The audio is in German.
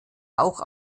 auch